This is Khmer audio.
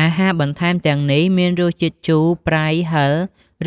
អាហារបន្ថែមទាំងនេះមានរសជាតិ ជូរ ប្រៃ ហឹរ